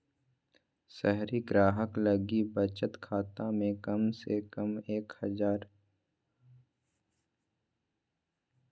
शहरी ग्राहक लगी बचत खाता में कम से कम हजार रुपया के बैलेंस चाही